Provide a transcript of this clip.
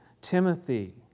Timothy